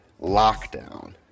lockdown